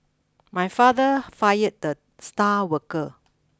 my father fired the star worker